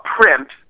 print